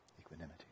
equanimity